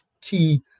key